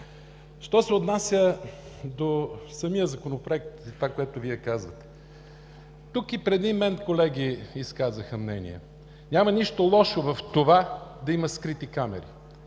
Що се отнася до самия Законопроект и това, което казвате, тук и преди мен колеги изказаха мнение – няма нищо лошо в това да има скрити камери.